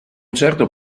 certo